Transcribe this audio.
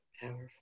Powerful